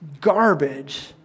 garbage